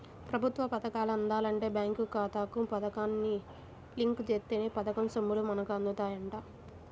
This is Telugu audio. ప్రభుత్వ పథకాలు అందాలంటే బేంకు ఖాతాకు పథకాన్ని లింకు జేత్తేనే పథకం సొమ్ములు మనకు అందుతాయంట